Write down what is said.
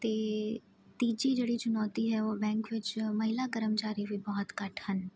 ਅਤੇ ਤੀਜੀ ਜਿਹੜੀ ਚੁਨੌਤੀ ਹੈ ਉਹ ਬੈਂਕ ਵਿੱਚ ਮਹਿਲਾ ਕਰਮਚਾਰੀ ਵੀ ਬਹੁਤ ਘੱਟ ਹਨ